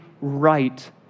right